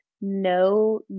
no